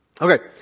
Okay